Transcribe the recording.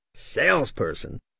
salesperson